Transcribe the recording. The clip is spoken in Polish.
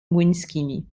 młyńskimi